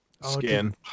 skin